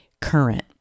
current